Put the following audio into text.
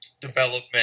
development